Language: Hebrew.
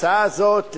ההצעה הזאת,